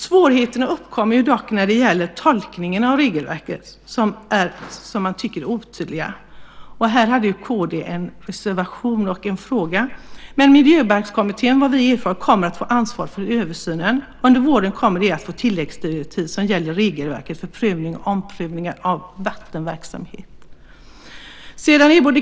Svårigheter uppkommer dock när det gäller tolkningen av regelverket, som är - som man menar - otydligt. Här har kd en reservation och en fråga. Vad vi erfarit kommer Miljöbalkskommittén att få ansvar för översynen. De kommer under våren att få tilläggsdirektiv som gäller regelverket för prövning och omprövning av vattenverksamhet.